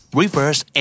reverse